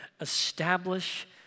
establish